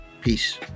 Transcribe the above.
Peace